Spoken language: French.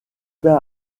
pas